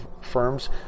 firms